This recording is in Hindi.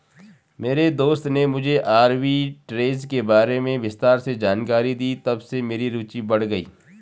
मेरे दोस्त ने मुझे आरबी ट्रेज़ के बारे में विस्तार से जानकारी दी तबसे मेरी रूचि बढ़ गयी